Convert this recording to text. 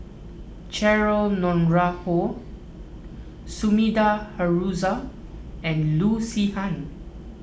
Cheryl Noronha Sumida Haruzo and Loo Zihan